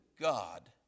God